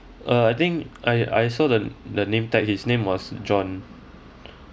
uh I think I I saw the the name tag his name was john